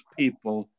people